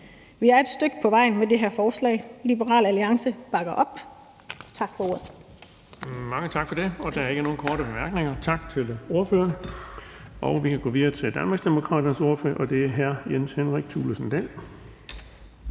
Vi er et stykke ad vejen med det her forslag. Liberal Alliance bakker op. Tak for ordet. Kl. 19:29 Den fg. formand (Erling Bonnesen): Mange tak for det. Der er ikke nogen korte bemærkninger. Tak til ordføreren. Vi kan gå videre til Danmarksdemokraternes ordfører, og det er hr. Jens Henrik Thulesen Dahl.